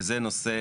וזה נושא,